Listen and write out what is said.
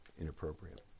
inappropriate